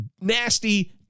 nasty